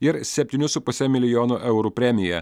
ir septynių su puse milijono eurų premija